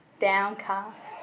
downcast